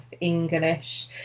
English